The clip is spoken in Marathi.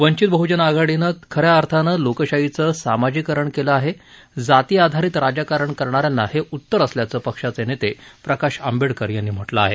वंचित बहुजन आघाडीनं खऱ्या अर्थानं लोकशाहीचं सामाजीकरण केलं आहे जाती आधारित राजकारण करणाऱ्यांना हे उत्तर असल्याचं पक्षाचे नेते प्रकाश आंबेडकर यांनी म्हटलं आहे